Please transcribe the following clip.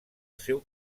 seu